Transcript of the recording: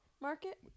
market